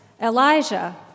Elijah